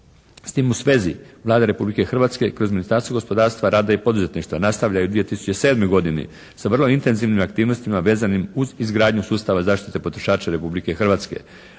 S tim u svezi Vlada Republike Hrvatske kroz Ministarstvo gospodarstva, rada i poduzetništva nastavljaju u 2007. godini sa vrlo intenzivnim aktivnostima vezanim uz izgradnju sustava zaštite potrošača Republike Hrvatske,